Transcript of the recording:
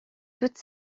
toute